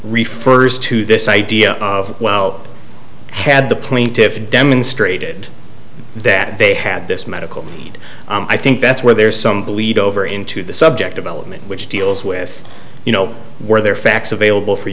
refers to this idea of well had the plaintiffs demonstrated that they had this medical aid i think that's where there's some bleed over into the subjective element which deals with you know where their facts available for